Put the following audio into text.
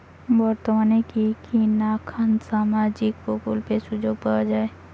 বর্তমানে কি কি নাখান সামাজিক প্রকল্পের সুযোগ পাওয়া যায়?